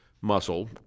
muscle